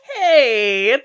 Hey